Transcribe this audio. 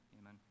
amen